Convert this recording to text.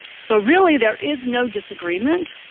so really there is no disagreement,